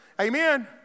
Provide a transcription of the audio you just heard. Amen